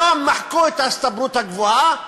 היום מחקו את ההסתברות הגבוהה ואומרים: